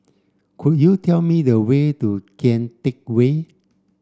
could you tell me the way to Kian Teck Way